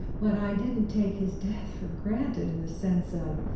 but i didn't take his death for granted in the sense of,